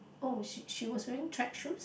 oh she she was wearing track shoes